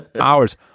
hours